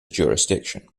jurisdiction